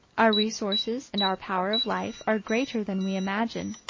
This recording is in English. our resources and our power of life are greater than we imagine.